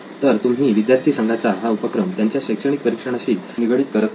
तर तुम्ही विद्यार्थी संघाचा हा उपक्रम त्यांच्या शैक्षणिक परिक्षणाशी निगडीत करत आहात